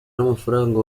n’amafaranga